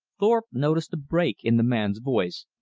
thorpe noticed a break in the man's voice,